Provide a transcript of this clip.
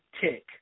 tick